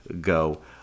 go